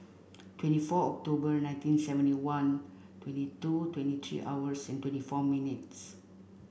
twenty four October nineteen seventy one twenty two twenty three hours twenty four minutes